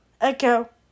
Echo